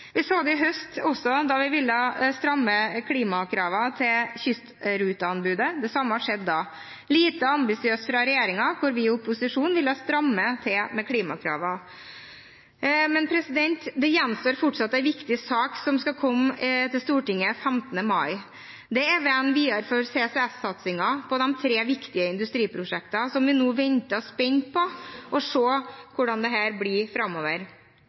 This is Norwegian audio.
Vi så det også i høst da vi ville stramme klimakravene til kystrute-anbudet. Det samme skjedde da: lite ambisiøst fra regjeringen der vi i opposisjonen ville stramme til klimakravene. Men det gjenstår fortsatt en viktig sak, som skal komme til Stortinget 15. mai. Det er veien videre for CCS-satsingen på de tre viktige industriprosjektene, som vi nå venter spent på å se hvordan blir framover.